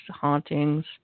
hauntings